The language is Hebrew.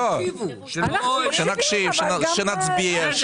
שנקשיב, שנצביע,